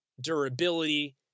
durability